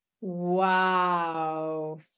Wow